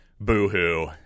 Boo-hoo